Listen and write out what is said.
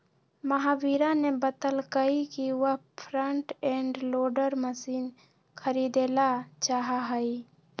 महावीरा ने बतल कई कि वह फ्रंट एंड लोडर मशीन खरीदेला चाहा हई